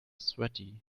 sweaty